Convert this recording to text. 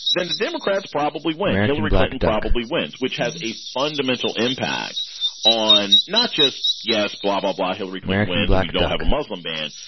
then the democrats probably went. hillary clinton probably wins, which have a fundamental impact on not just, yes, blah, blah, blah. hillary clinton wins and we don't have a muslim ban.